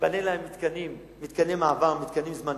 ייבנו להם מתקני מעבר, מתקנים זמניים.